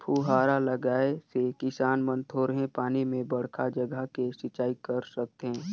फुहारा लगाए से किसान मन थोरहें पानी में बड़खा जघा के सिंचई कर सकथें